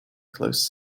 close